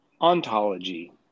Ontology